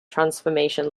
transformation